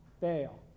fail